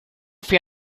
fuí